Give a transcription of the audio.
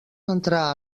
entrà